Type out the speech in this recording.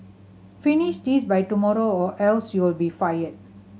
finish this by tomorrow or else you'll be fired